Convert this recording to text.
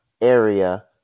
area